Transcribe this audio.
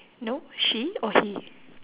no she or he